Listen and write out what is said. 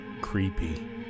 creepy